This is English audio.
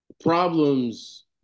Problems